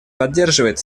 поддерживает